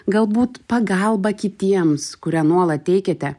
galbūt pagalba kitiems kurią nuolat teikiate